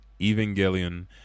evangelion